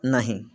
नहि